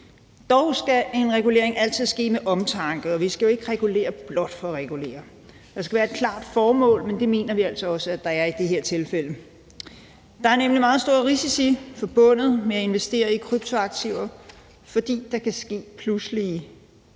Dog skal en regulering altid ske med omtanke, og vi skal jo ikke regulere blot for at regulere. Der skal være et klart formål, men det mener vi er altså også at der er i det her tilfælde. Der er nemlig meget store risici forbundet med at investere i kryptoaktiver, fordi der kan ske pludselige